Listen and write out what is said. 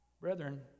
Brethren